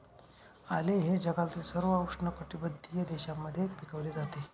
आले हे जगातील सर्व उष्णकटिबंधीय देशांमध्ये पिकवले जाते